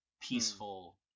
peaceful